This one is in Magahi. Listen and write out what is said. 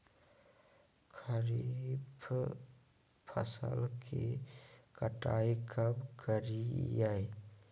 खरीफ फसल की कटाई कब करिये?